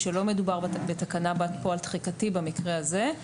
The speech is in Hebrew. שלא מדובר בתקנה בת פועל תחיקתי במקרה הזה.